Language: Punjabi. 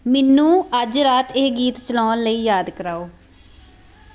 ਮੈਨੂੰ ਅੱਜ ਰਾਤ ਇਹ ਗੀਤ ਚਲਾਉਣ ਲਈ ਯਾਦ ਕਰਾਓ